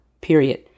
period